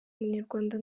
munyarwanda